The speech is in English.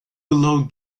below